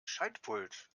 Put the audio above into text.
schaltpult